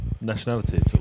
Nationality